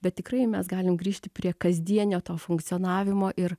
bet tikrai mes galim grįžti prie kasdienio to funkcionavimo ir